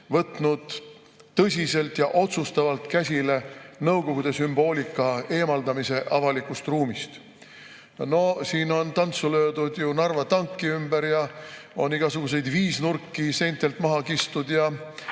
võtnud tõsiselt ja otsustavalt käsile nõukoguliku sümboolika eemaldamise avalikust ruumist. No siin on tantsu löödud ju Narva tanki ümber ja on igasuguseid viisnurki seintelt maha kistud ja